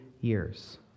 years